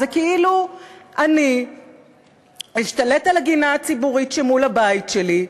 זה כאילו אני אשתלט על הגינה הציבורית שמול הבית שלי,